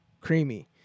Creamy